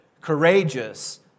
courageous